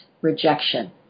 rejection